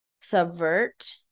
subvert